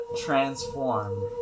transform